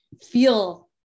feel